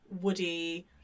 woody